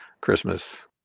Christmas